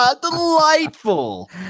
delightful